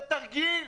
זה תרגיל.